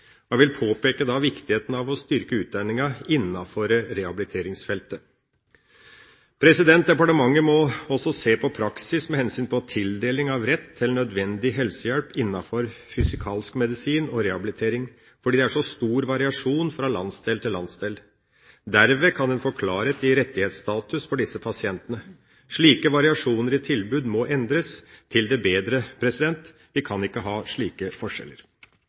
Jeg vil påpeke viktigheten av å styrke utdanninga innenfor rehabiliteringsfeltet. Departementet må også se på praksis med hensyn til tildeling av rett til nødvendig helsehjelp innenfor fysikalsk medisin og rehabilitering, fordi det er så stor variasjon fra landsdel til landsdel. Derved kan en få klarhet i rettighetsstatus for disse pasientene. Slike variasjoner i tilbud må endres til det bedre. Vi kan ikke ha slike forskjeller.